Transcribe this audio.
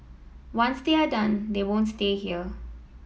once they are done they won't stay here